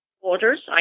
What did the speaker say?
Orders